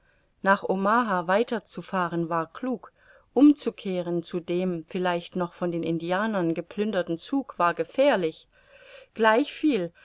nach omaha weiter zu fahren war klug umzukehren zu dem vielleicht noch von den indianern geplünderten zug war gefährlich gleichviel